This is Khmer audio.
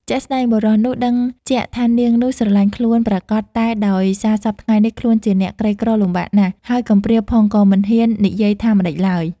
ជាក់ស្ដែងបុរសនោះដឹងជាក់ថានាងនោះស្រឡាញ់ខ្លួនប្រាកដតែដោយថាសព្វថ្ងៃនេះខ្លួនជាអ្នកក្រីក្រលំបាកណាស់ហើយកំព្រាផងក៏មិនហ៊ាននិយាយថាម្ដេចឡើយ។